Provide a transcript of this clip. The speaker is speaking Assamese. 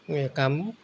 কাম